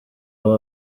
aho